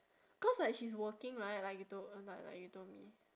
cause like she's working right like you told like like you told me